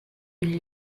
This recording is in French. une